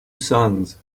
sons